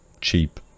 cheap